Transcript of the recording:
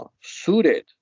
suited